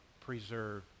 preserve